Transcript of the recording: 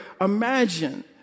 imagine